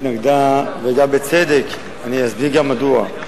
התנגדה, בצדק, ואסביר גם מדוע.